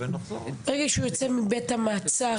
ברגע שהוא יוצא מבית המעצר,